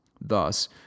Thus